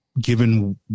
given